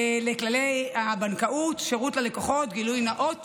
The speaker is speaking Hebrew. לכללי הבנקאות (שירות ללקוח) (גילוי נאות